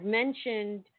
mentioned